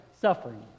suffering